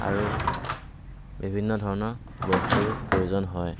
আৰু বিভিন্ন ধৰণৰ বস্তুৰ প্ৰয়োজন হয়